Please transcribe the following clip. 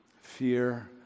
Fear